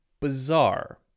bizarre